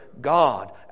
God